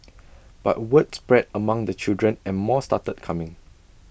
but word spread among the children and more started coming